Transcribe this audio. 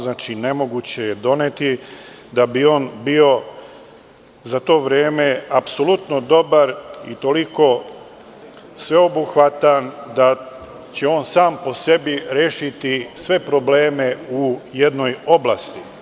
Znači, nemoguće je doneti, za to vreme, apsolutno dobar i toliko sveobuhvatan zakon koji će sam po sebi rešiti sve probleme u jednoj oblasti.